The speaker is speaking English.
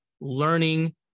learning